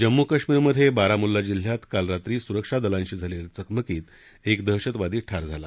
जम्मू कश्मीरमधे बारामुल्ला जिल्ह्यात काल रात्री सुरक्षा दलांशी झालेल्या चकमकीत एक दहशतवादी ठार झाला